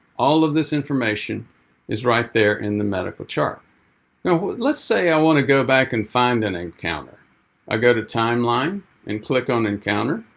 all of this information is right there in the medical chart. now let's say i want to go back and find an encounter i go to timeline and click on encounter,